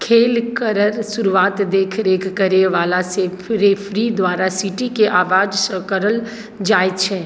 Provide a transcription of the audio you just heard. खेलके शुरुआत देखरेख करैवाला रेफरी द्वारा सीटीके आवाजसँ करल जाइ छै